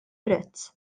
prezz